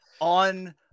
on